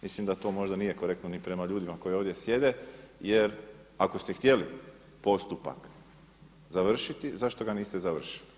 Mislim da to možda nije korektno ni prema ljudima koji ovdje sjede jer ako ste htjeli postupak završiti, zašto ga niste završili?